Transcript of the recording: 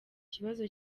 kibazo